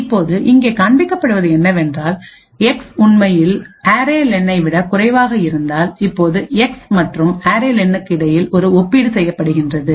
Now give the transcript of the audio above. இப்போது இங்கே காண்பிக்கப்படுவது என்னவென்றால் எக்ஸ் உண்மையில் அரே லெனைarray len விட குறைவாக இருந்தால் இப்போது எக்ஸ் மற்றும் அரே லெனுக்குarray len இடையில் ஒரு ஒப்பீடு செய்யப்படுகின்றது